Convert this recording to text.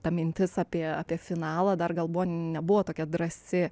ta mintis apie apie finalą dar gal buvo nebuvo tokia drąsi